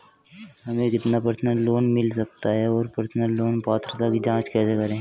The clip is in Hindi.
हमें कितना पर्सनल लोन मिल सकता है और पर्सनल लोन पात्रता की जांच कैसे करें?